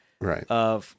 Right